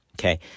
Okay